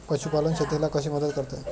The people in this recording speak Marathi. पशुपालन शेतीला कशी मदत करते?